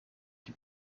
die